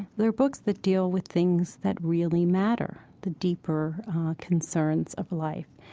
there are books that deal with things that really matter, the deeper concerns of life.